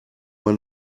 man